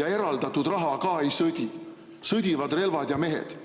ja eraldatud raha ka ei sõdi. Sõdivad relvad ja mehed.